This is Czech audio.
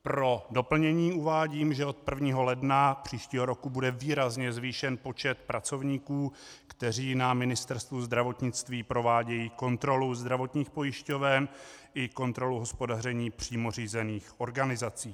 Pro doplnění uvádím, že od 1. ledna příštího roku bude výrazně zvýšen počet pracovníků, kteří na Ministerstvu zdravotnictví provádějí kontrolu zdravotních pojišťoven i kontrolu hospodaření přímo řízených organizací.